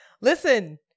Listen